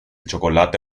chocolate